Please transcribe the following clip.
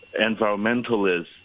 environmentalists